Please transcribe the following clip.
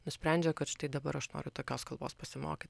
nusprendžia kad štai dabar aš noriu tokios kalbos pasimokyt